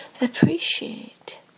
appreciate